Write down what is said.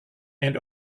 and